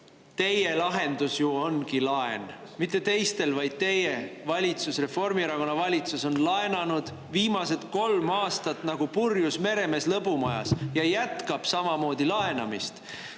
Teie lahendus ju ongi laen, mitte teiste [lahendus]. Teie valitsus, Reformierakonna valitsus on laenanud viimased kolm aastat nagu purjus meremees lõbumajas ja jätkab samamoodi laenamist.